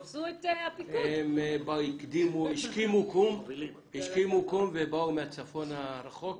הם השכימו קום ובאו מהצפון הרחוק.